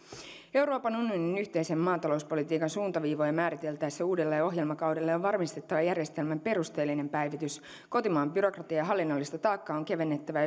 euroopan unionin yhteisen maatalouspolitiikan suuntaviivoja määriteltäessä uudelle ohjelmakaudelle on varmistettava järjestelmän perusteellinen päivitys kotimaan byrokratiaa ja hallinnollista taakkaa on kevennettävä